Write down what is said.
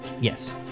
Yes